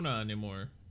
anymore